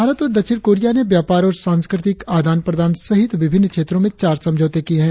भारत और दक्षिण कोरिया ने व्यापार और सांस्कृतिक आदान प्रदान सहित विभिन्न क्षेत्रों में चार समझौते किये हैं